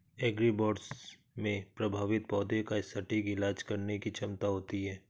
agribots में प्रभावित पौधे का सटीक इलाज करने की क्षमता होती है